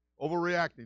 Overreacting